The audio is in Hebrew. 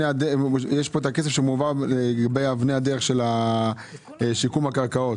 את הכסף שמועבר לגבי אבני הדרך של שיקום הקרקעות.